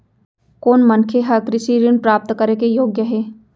कोन मनखे ह कृषि ऋण प्राप्त करे के योग्य हे?